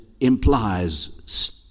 implies